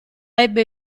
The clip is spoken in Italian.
ebbe